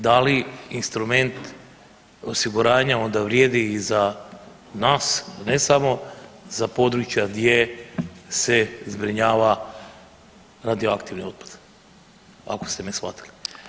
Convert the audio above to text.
Da li instrument osiguranja onda vrijedi i za nas ne samo za područja gdje se zbrinjava radioaktivni otpad ako ste me shvatili?